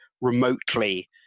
remotely